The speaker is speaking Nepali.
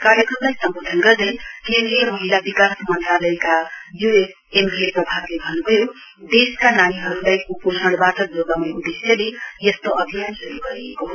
कार्यक्रमलाई सम्वोधन गर्दै केन्द्रीय महिला विकास मन्त्रालयका यू एस एम के प्रभातले भन्नुभयो देशका नानीहरुलाई कुपोषणवाट जोगाउने उदेश्यले यस्तो अभियान शुरु गरिएको हो